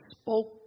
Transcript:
spoke